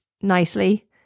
nicely